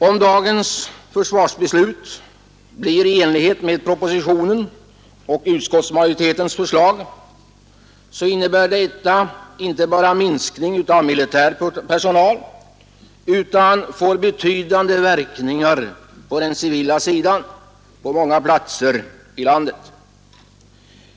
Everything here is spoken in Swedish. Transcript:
Om dagens försvarsbeslut blir i enlighet med propositionens och utskottsmajoritetens förslag så innebär detta inte bara minskning av militär personal, utan det får betydande verkningar på den civila sidan på många platser i landet.